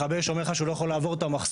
מכבי אש אומר לך שהוא לא יכול לעבור את המחסום,